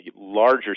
larger